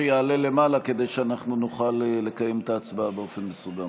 שיעלה למעלה כדי שאנחנו נוכל לקיים את ההצבעה באופן מסודר.